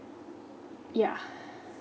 yeah